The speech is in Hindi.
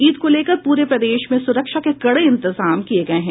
ईद को लेकर पूरे प्रदेश में सुरक्षा के कड़े इंतजाम किये गये हैं